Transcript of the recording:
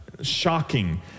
Shocking